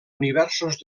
universos